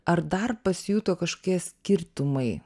ar dar pasijuto kažkokie skirtumai